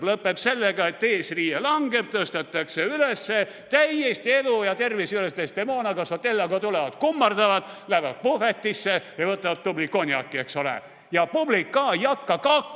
Lõpeb sellega, et eesriie langeb, tõstetakse üles täiesti elu ja tervise juures Desdemona, koos Othelloga tulevad, kummardavad, lähevad puhvetisse ja võtavad tubli konjaki, eks ole. Ja publik ka ei hakka kaklema